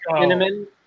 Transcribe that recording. cinnamon